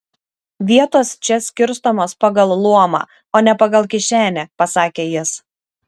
vietos čia skirstomos pagal luomą o ne pagal kišenę pasakė jis